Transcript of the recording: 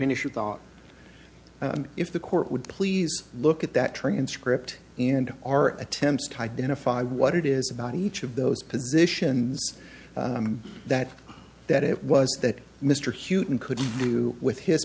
initial thought if the court would please look at that transcript and our attempts to identify what it is about each of those positions that that it was that mr hughton could do with his